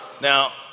Now